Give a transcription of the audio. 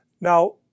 Now